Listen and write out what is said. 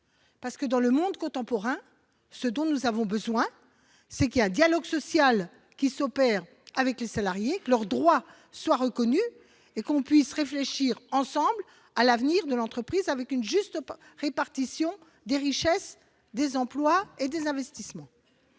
terrible ! Dans le monde contemporain, ce dont nous avons besoin, c'est qu'un dialogue social s'opère avec les salariés, que leurs droits soient reconnus et que l'on puisse réfléchir collectivement à l'avenir de l'entreprise, avec une juste répartition des richesses, des emplois et des investissements.